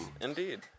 Indeed